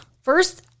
first